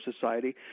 society